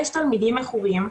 יש תלמידים מכורים,